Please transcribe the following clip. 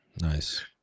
Nice